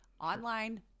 Online